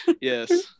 Yes